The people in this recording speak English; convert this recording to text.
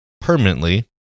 permanently